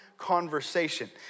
conversation